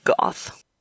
goth